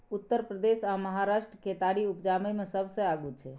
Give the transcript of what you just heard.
उत्तर प्रदेश आ महाराष्ट्र केतारी उपजाबै मे सबसे आगू छै